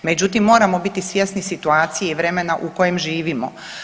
Međutim, moramo biti svjesni situacije i vremena u kojem živimo.